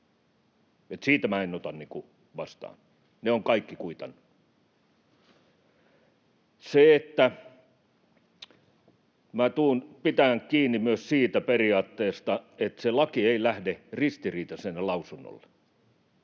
niin kuin vastaan. Ne ovat kaikki kuitanneet. Tulen pitämään kiinni myös siitä periaatteesta, että se laki ei lähde ristiriitaisena lausunnolle